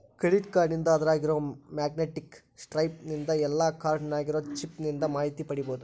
credit ಕಾರ್ಡ್ನಿಂದ ಅದ್ರಾಗಿರೊ magnetic stripe ನಿಂದ ಇಲ್ಲಾ ಕಾರ್ಡ್ ನ್ಯಾಗಿರೊ ಚಿಪ್ ನಿಂದ ಮಾಹಿತಿ ಪಡಿಬೋದು